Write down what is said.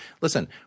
listen